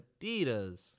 adidas